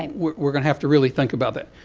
and we're going to have to really think about that.